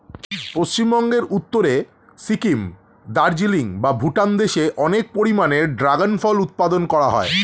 পশ্চিমবঙ্গের উত্তরে সিকিম, দার্জিলিং বা ভুটান দেশে অনেক পরিমাণে ড্রাগন ফল উৎপাদন করা হয়